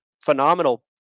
phenomenal